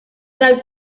tal